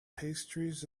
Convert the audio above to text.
pastries